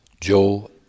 joe